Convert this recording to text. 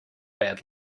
bad